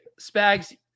Spags